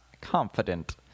confident